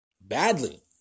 Badly